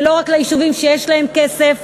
ולא רק ליישובים שיש להם כסף.